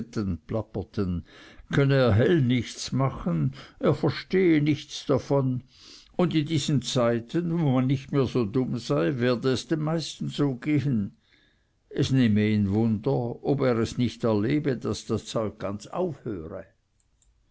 könne er hell nichts machen er verstehe nichts davon und in diesen zeiten wo man nicht mehr so dumm sei werde es den meisten so gehen es nehme ihn wunder ob er es nicht erlebe daß das zeug ganz aufhöre